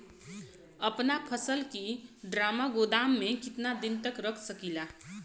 अपना फसल की ड्रामा गोदाम में कितना दिन तक रख सकीला?